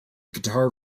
guitar